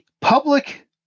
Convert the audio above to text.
public